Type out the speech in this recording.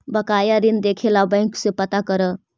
बकाया ऋण देखे ला बैंक से पता करअ